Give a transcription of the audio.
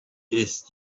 ist